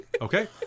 Okay